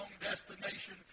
destination